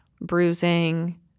bruising